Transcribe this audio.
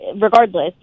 regardless